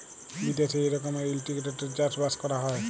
বিদ্যাশে ই রকমের ইলটিগ্রেটেড চাষ বাস ক্যরা হ্যয়